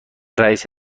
رئیس